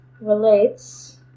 relates